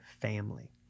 family